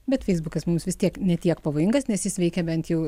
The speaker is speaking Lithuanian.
bet feisbukas mums vis tiek ne tiek pavojingas nes jis veikia bent jau